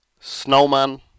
snowman